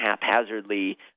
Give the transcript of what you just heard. haphazardly